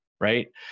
right